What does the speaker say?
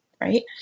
Right